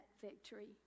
victory